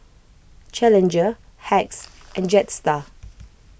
Challenger Hacks and Jetstar